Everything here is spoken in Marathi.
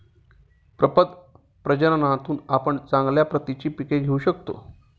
प्रपद प्रजननातून आपण चांगल्या प्रतीची पिके घेऊ शकतो